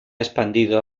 expandido